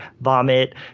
vomit